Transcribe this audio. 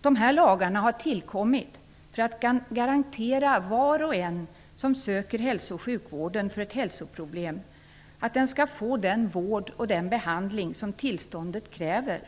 Dessa lagar har tillkommit för att garantera var och en som söker hälso och sjukvården för ett hälsoproblem den vård och behandling som tillståndet kräver.